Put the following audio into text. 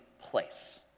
place